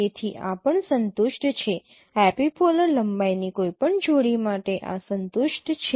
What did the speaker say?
તેથી આ પણ સંતુષ્ટ છે એપિપોલર લંબાઈની કોઈપણ જોડી માટે આ સંતુષ્ટ છે